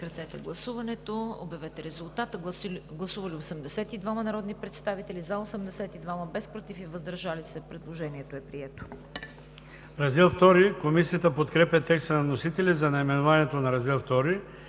четвърта. Комисията подкрепя текста на вносителя за наименованието на Раздел I.